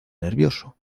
nervioso